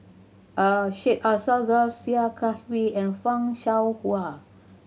Syed Alsagoff Sia Kah Hui and Fan Shao Hua